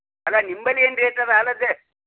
ಅಲ್ಲ ನಿಂಬಲ್ಲಿ ಏನು ರೇಟ್ ಅದ